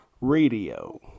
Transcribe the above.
radio